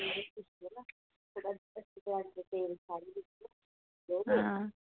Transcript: हां